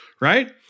right